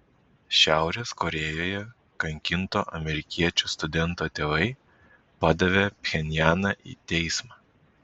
šiaurės korėjoje kankinto amerikiečių studento tėvai padavė pchenjaną į teismą